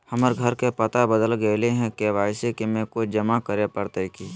हमर घर के पता बदल गेलई हई, के.वाई.सी में कुछ जमा करे पड़तई की?